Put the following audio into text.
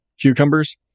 cucumbers